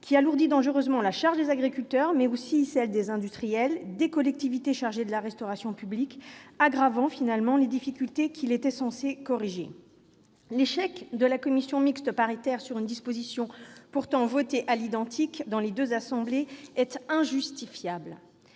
qui alourdit dangereusement la charge des agriculteurs, mais aussi celle des industriels et des collectivités chargées de la restauration publique, aggravant les difficultés qu'il était censé corriger. L'échec de la commission mixte paritaire sur une disposition pourtant votée à l'identique dans les deux assemblées est injustifiable.